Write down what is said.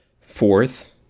Fourth